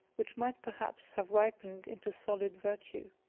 which might perhaps have ripened into solid virtue.